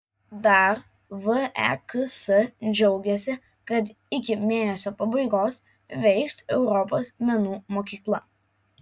dar veks džiaugiasi kad iki mėnesio pabaigos veiks europos menų mokykla